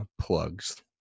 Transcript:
plugs